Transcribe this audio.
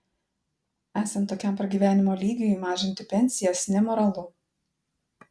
esant tokiam pragyvenimo lygiui mažinti pensijas nemoralu